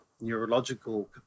neurological